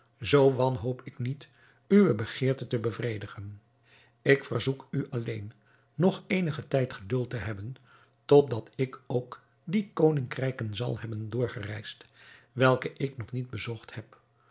zoo wanhoop ik niet uwe begeerte te bevredigen ik verzoek u alleen nog eenigen tijd geduld te hebben totdat ik ook die koningrijken zal hebben doorgereisd welke ik nog niet bezocht heb